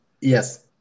yes